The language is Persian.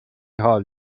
حال